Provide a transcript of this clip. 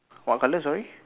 what colour sorry